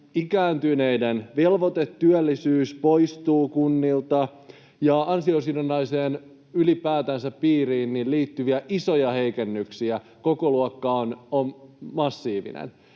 ikääntyneiden velvoitetyöllisyys poistuu kunnilta ja on ylipäätänsä ansiosidonnaisen piiriin liittyviä isoja heikennyksiä, kokoluokka on massiivinen.